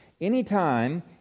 Anytime